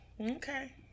Okay